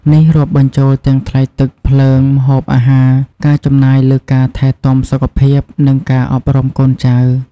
នេះរាប់បញ្ចូលទាំង ថ្លៃទឹក ភ្លើង ម្ហូបអាហារ ការចំណាយលើការថែទាំសុខភាព និងការអប់រំកូនចៅ។